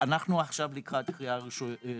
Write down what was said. שאנחנו עכשיו לקראת קריאה ראשונה.